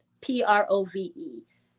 P-R-O-V-E